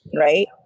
right